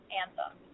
anthem